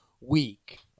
week